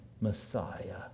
Messiah